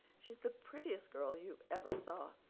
she's the prettiest girl you ever saw.